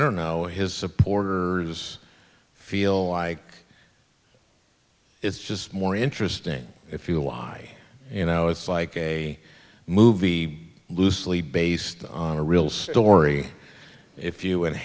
don't know his supporters feel like it's just more interesting if you why you know it's like a movie loosely based on a real story if you and